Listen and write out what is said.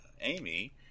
amy